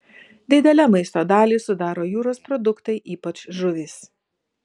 didelę maisto dalį sudaro jūros produktai ypač žuvys